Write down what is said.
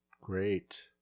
Great